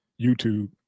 YouTube